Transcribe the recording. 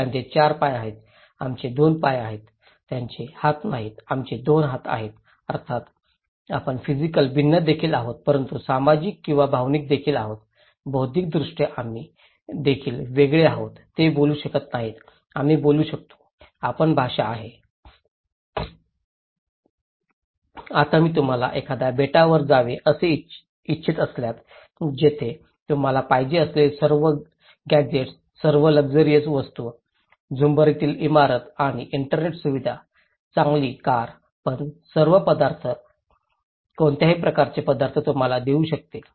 त्यांचे 4 पाय आहेत आमचे 2 पाय आहेत त्यांचे हात नाहीत आपले 2 हात आहेत अर्थात आपण फिजिकल भिन्न देखील आहोत परंतु सामाजिक किंवा भावनिक देखील आहोत बौद्धिकदृष्ट्या आम्ही देखील वेगळे आहोत ते बोलू शकत नाहीत आपण बोलू शकतो आपण भाषा आहे आता मी तुम्हाला एखाद्या बेटावर जावे असे इच्छित असल्यास जिथे तुम्हाला पाहिजे असलेली सर्व गॅझेट्स सर्व लक्झरी वस्तू झुंबरीची इमारत आणि इंटरनेट सुविधा चांगली कार पण सर्व पदार्थ कोणत्याही प्रकारचे पदार्थ तुम्हाला देऊ शकतील